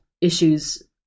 issues